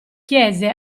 chiese